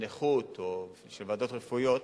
נכות או על החלטות של ועדות רפואיות